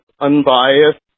unbiased